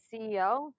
CEO